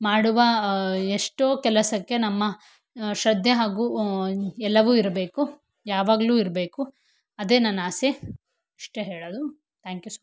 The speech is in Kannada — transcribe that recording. ಮಾಡುವ ಎಷ್ಟೋ ಕೆಲಸಕ್ಕೆ ನಮ್ಮ ಶ್ರದ್ಧೆ ಹಾಗೂ ಎಲ್ಲವೂ ಇರಬೇಕು ಯಾವಾಗಲೂ ಇರಬೇಕು ಅದೇ ನನ್ನ ಆಸೆ ಇಷ್ಟೆ ಹೇಳೋದು ಥ್ಯಾಂಕ್ ಯು ಸೋ ಮಚ್